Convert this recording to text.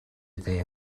their